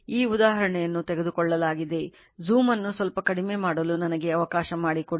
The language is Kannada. ಈ ಉದಾಹರಣೆಯನ್ನು ತೆಗೆದುಕೊಳ್ಳಲಾಗಿದೆ ಜೂಮ್ ಅನ್ನು ಸ್ವಲ್ಪಮಟ್ಟಿಗೆ ಕಡಿಮೆ ಮಾಡಲು ನನಗೆ ಅವಕಾಶ ಮಾಡಿಕೊಡಿ